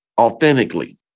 authentically